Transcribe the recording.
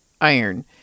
iron